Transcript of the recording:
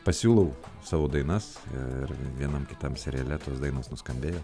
pasiūlau savo dainas ir vienam kitam seriale tos dainos nuskambėjo